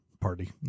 party